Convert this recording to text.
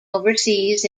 overseas